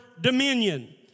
dominion